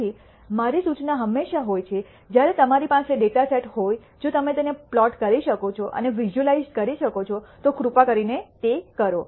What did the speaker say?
તેથી મારી સૂચના હંમેશાં હોય છે જ્યારે તમારી પાસે ડેટા સેટ હોય જો તમે તેને પ્લોટ કરી શકો છો અને વિઝ્યુઅલાઈઝ કરી શકો છો તો કૃપા કરીને કરો